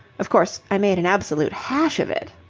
of course, i made an absolute hash of it.